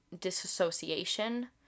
disassociation